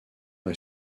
est